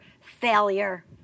failure